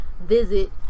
visit